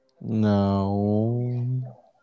No